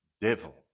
devil